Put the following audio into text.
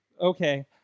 Okay